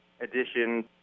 edition